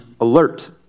alert